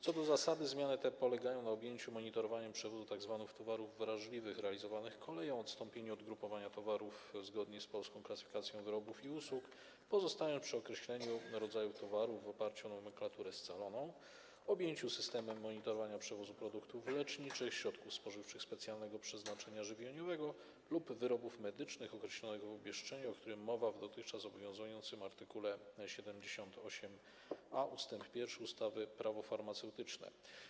Co do zasady zmiany te polegają na objęciu monitorowaniem przewozu tzw. towarów wrażliwych realizowanego koleją, odstąpieniu od grupowania towarów zgodnie z polską klasyfikacją wyrobów i usług, pozostaniu przy określeniu rodzaju towarów w oparciu o nomenklaturę scaloną, objęciu systemem monitorowania przewozów produktów leczniczych, środków spożywczych specjalnego przeznaczenia żywieniowego lub wyrobów medycznych określonych w obwieszczeniu, o którym mowa w dotychczas obowiązującym art. 78a ust. 1 ustawy Prawo farmaceutyczne.